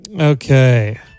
Okay